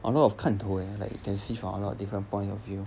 a lot of 看头 eh and like you can see from a lot of different point of view